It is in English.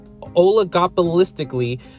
oligopolistically